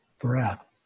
breath